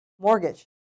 mortgage